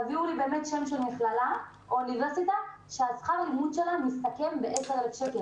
תביאו לי שם של מכללה או אוניברסיטה ששכר הלימוד מסתכם ב-10,000 שקלים.